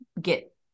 get